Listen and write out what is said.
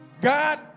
God